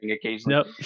occasionally